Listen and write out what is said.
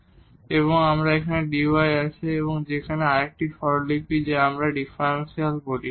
এইভাবে আমরা যে dy আছে যে আরেকটি নোটেশন যা আমরা ডিফারেনশিয়াল বলি